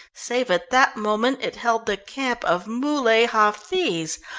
save at that moment it held the camp of muley hafiz,